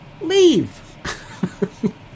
leave